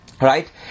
Right